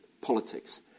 politics